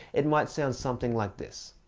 it might sound something like this.